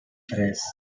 tres